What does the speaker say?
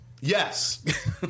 Yes